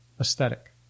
aesthetic